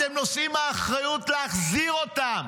אתם נושאים באחריות להחזיר אותם,